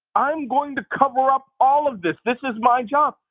i'm going to cover up all of this. this is my job.